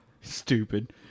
Stupid